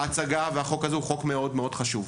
החוק הזה הוא חוק מאוד-מאוד חשוב.